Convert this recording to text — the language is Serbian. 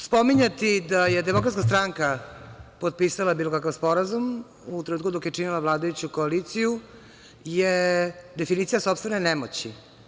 Spominjati da je DS potpisala bilo kakav sporazum, u trenutku dok je činila vladajuću koaliciju, je definicija sopstvene nemoći.